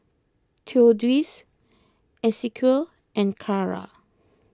theodis Esequiel and Carra